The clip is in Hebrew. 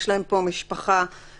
יש להם פה משפחה ובית,